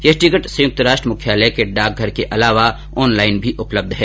यह टिकिट संयुक्त राष्ट्र मुख्यालय के डाकघर के अलावा ऑनलाइन भी उपलब्ध है